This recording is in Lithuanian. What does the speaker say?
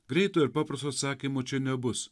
greito ir paprasto atsakymo čia nebus